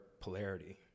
polarity